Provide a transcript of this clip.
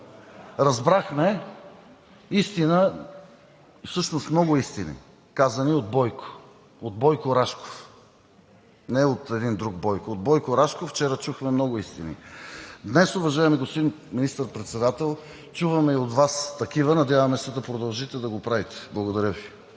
разбрахме истина, всъщност много истини, казани от Бойко – от Бойко Рашков, не от един друг Бойко. От Бойко Рашков вчера чухме много истини. Днес, уважаеми господин Министър-председател, чуваме такива и от Вас. Надяваме се да продължите да го правите. Благодаря Ви.